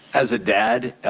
as a dad,